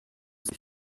ces